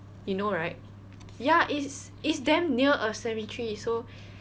you know right ya it's it's damn near a cemetery so